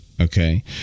Okay